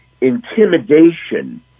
intimidation